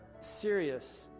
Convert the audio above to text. serious